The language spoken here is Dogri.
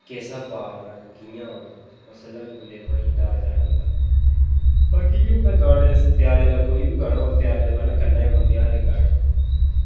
किस स्हाबै दा औना ऐं जां कि'यां औना ऐ उसलै बी बंदे गी इं'या डर जन होंदा ऐ बाकी इं'या होंदा की गाने त्यारी दा त्यारी ते पैह्लें करना गै पौंदी हर इक्क गाने दी